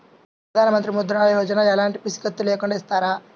ప్రధానమంత్రి ముద్ర యోజన ఎలాంటి పూసికత్తు లేకుండా ఇస్తారా?